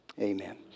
amen